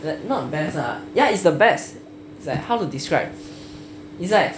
ya it's the best like how to describe it's like